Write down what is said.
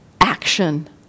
action